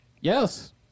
Yes